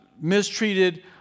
mistreated